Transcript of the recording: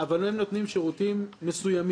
אבל הם נותנים שירותים מסוימים,